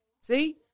See